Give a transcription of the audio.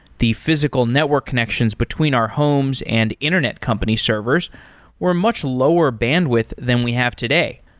the physical network connections between our homes and internet company servers were much lower bandwidth than we have today.